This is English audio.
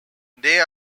they